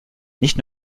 nicht